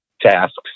tasks